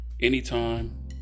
anytime